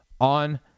on